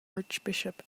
archbishop